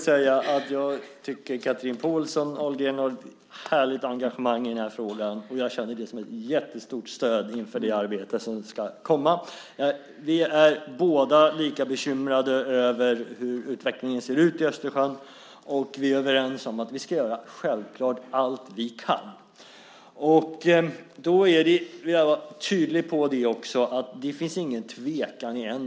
Fru talman! Chatrine Pålsson Ahlgren har ett härligt engagemang i frågan, och det är ett jättestort stöd inför det arbete som ska komma. Vi är båda lika bekymrade över hur utvecklingen ser ut i Östersjön, och vi är överens om att självklart göra allt vi kan. Jag vill vara tydlig med att det inte finns någon tvekan här.